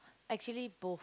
actually both